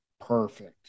perfect